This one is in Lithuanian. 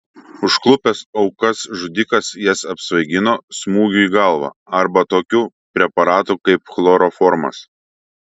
užklupęs aukas žudikas jas apsvaigino smūgiu į galvą arba tokiu preparatu kaip chloroformas